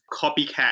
copycat